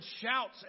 shouts